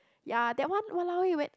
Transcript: ya that one !walaowei! when